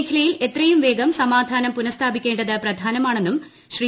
മേഖലയിൽ എത്രയും വേഗം സമാധാനം പുനഃസ്ഥാപിക്കേണ്ടത് പ്രധാനമാണെന്നും ശ്രീ